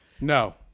No